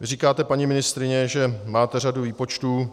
Říkáte, paní ministryně, že máte řadu výpočtů.